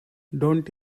don’t